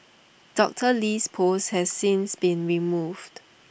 Doctor Lee's post has since been removed